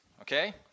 okay